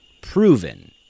proven